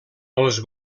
els